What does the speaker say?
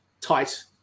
tight